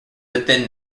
within